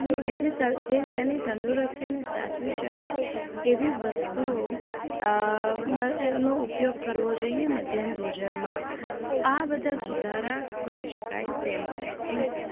જે જે એની તંદુરસ્તીને સાચવી શકે એવી વસ્તુઓ નો ઉપયોગ કરવો જોઈએ મધ્યાહન ભોજનમાં આ બધા સુધારા કરી શકાય તેમ છે થેન્ક્યુ